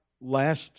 last